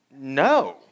no